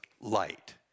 light